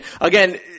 Again